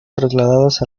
trasladadas